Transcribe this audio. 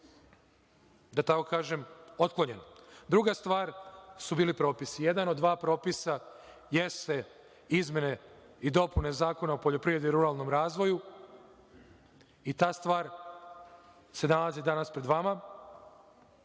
da tako kažem, otklonjen. Druga stvar su bili propisi. Jedan od dva propisa jesu izmene i dopune Zakona o poljoprivredi i ruralnom razvoju. Ta stvar se nalazi danas pred vama.